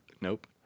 Nope